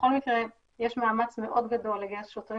בכל מקרה יש מאמץ מאוד גדול לגייס שוטרים